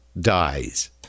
dies